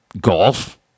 golf